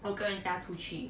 我跟人家出去